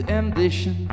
ambition